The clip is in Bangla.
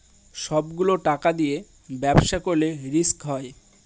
সব গুলো টাকা দিয়ে ব্যবসা করলে রিস্ক হয়